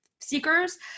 seekers